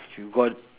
you got